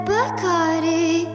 Bacardi